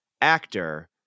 actor